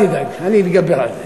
אל תדאג, אני אתגבר על זה.